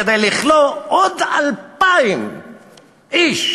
כדי לכלוא עוד 2,000 איש,